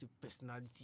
personality